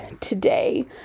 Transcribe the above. today